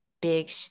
big